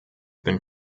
bin